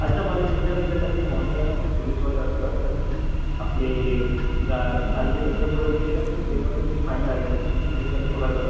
अच्छा मला एक विचारायचं आहे कारण की मॉर्निंगला ना खूप पुलीसवाले असतात तर आपले गा गाडीचे पेपर्स वगैरे क्लिअर आहे ना तर बेमतलबची फाईन लागेल ॲक्चुली पुलीसवाले पकडतात